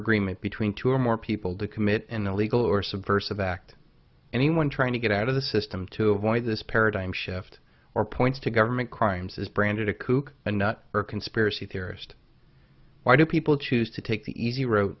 agreement between two or more people to commit an illegal or subversive act anyone trying to get out of the system to avoid this paradigm shift or points to government crimes is branded a kook a nut or conspiracy theorist why do people choose to take the easy ro